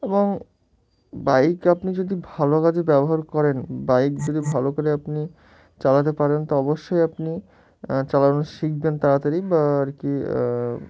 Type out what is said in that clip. এবং বাইক আপনি যদি ভালো কাজে ব্যবহার করেন বাইক যদি ভালো করে আপনি চালাতে পারেন তো অবশ্যই আপনি চালানো শিখবেন তাড়াতাড়ি বা আর কি